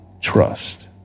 Trust